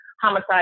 homicide